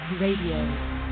RADIO